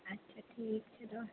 अच्छा ठीक छै तऽ